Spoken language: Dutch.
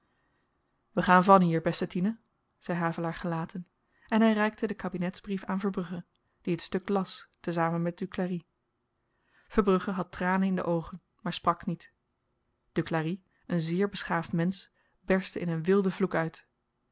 we gaan van hier beste tine zei havelaar gelaten en hy reikte den kabinetsbrief aan verbrugge die t stuk las tezamen met duclari verbrugge had tranen in de oogen maar sprak niet duclari een zeer beschaafd mensch berstte in een wilden vloek uit